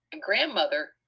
grandmother